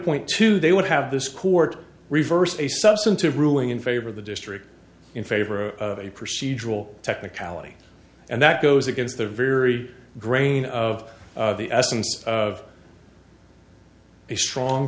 point two they would have this court reversed a substantive ruling in favor of the district in favor of a procedural technicality and that goes against the very grain of the essence of a strong